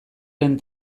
den